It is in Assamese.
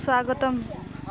স্বাগতম